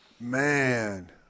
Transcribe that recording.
Man